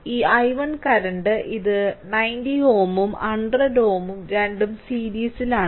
ഈ i1 current ഇത് 90 Ω ഉം 10Ω രണ്ടും സീരീസിലാണ്